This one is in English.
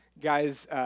guys